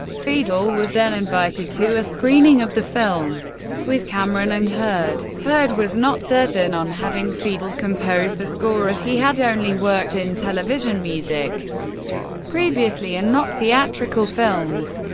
fiedel was then invited to a screening of the film with cameron and hurd. hurd was not certain on having fiedel compose the score as he had only worked in television music previously, and not theatrical films.